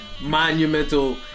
monumental